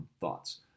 thoughts